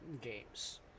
games